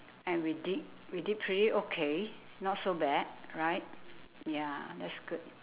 and we did we did pretty okay not so bad right ya that's good